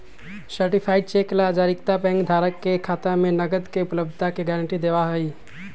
certified cheque ला जारीकर्ता bank धारक के खाता में नकद के उपलब्धता के गारंटी देवा हई